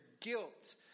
guilt